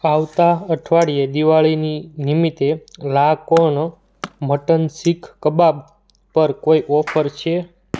આવતા અઠવાડિયે દિવાળીની નિમિત્તે લા કોર્ન મટન સીખ કબાબ પર કોઈ ઓફર છે